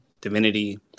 divinity